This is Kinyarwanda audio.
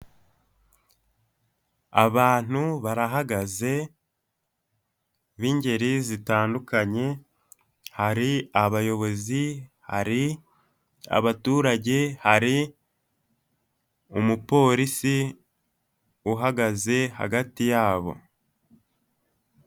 Abantu barahagaze, b'ingeri zitandukanye, hari abayobozi, hari abaturage, hari umupolisi uhagaze hagati yabo.